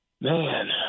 Man